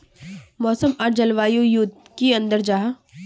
मौसम आर जलवायु युत की अंतर जाहा?